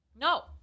No